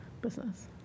business